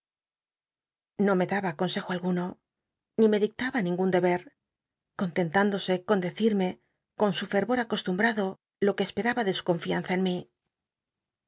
no me daba consejo alguno ni me dictaba ningun deber contentándose con decirme con su fervor acostumbrado lo que esperaba de su confianza en mi